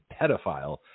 pedophile